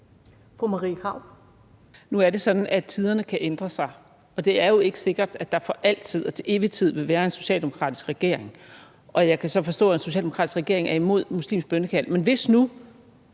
Nu er det sådan, at tiderne kan ændre sig, og det er jo ikke sikkert, at der for altid og til evig tid vil være en socialdemokratisk regering. Jeg kan så forstå, at den socialdemokratiske regering er imod muslimsk bønnekald, men hvis nu